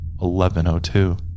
1102